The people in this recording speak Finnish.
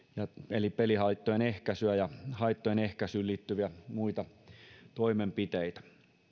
eli pelihaittojen ehkäisyä ja haittojen ehkäisyyn liittyviä muita toimenpiteitä